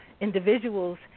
individuals